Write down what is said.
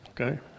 Okay